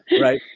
right